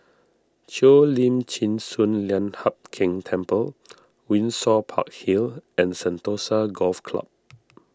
Cheo Lim Chin Sun Lian Hup Keng Temple Windsor Park Hill and Sentosa Golf Club